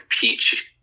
peach